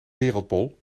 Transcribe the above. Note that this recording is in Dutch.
wereldbol